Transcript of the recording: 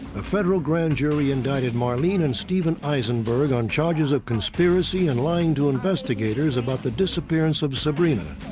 a federal grand jury indicted marlene and steven aisenberg on charges of conspiracy and lying to investigators about the disappearance of sabrina.